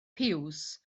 piws